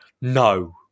no